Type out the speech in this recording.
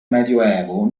medioevo